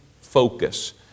focus